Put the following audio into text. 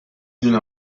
دونه